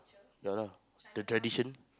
ya lah the tradition